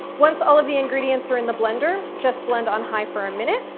once all of the ingredients are in the blender, just blend on high for a minute,